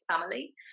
family